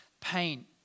pain